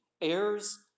heirs